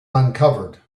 uncovered